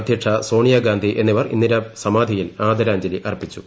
അധ്യക്ഷ സോണിയാഗാന്ധി എന്നിവർ ഇന്ദിരാ സമാധിയിൽ ആദരാഞ്ജലി അർപ്പിച്ചു